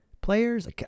players